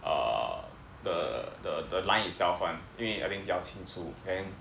err the the the line itself [one] 应为 I think 比较清楚 then